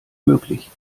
möglich